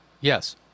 Yes